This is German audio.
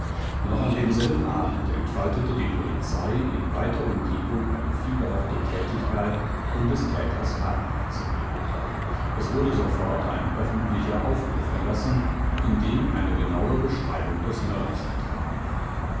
noch an demselben abend entfaltete die polizei in weiter umgebung eine fieberhafte tätigkeit um des täters habhaft zu werden es wurde sofort ein öffentlicher fentlicher aufruf erlassen in dem eine genaue beschreibung des mörders enthalten war